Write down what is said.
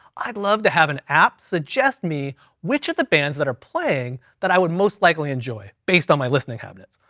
i love to have an app suggest me which of the bands that are playing that i would most likely enjoy based on my listening cabinets.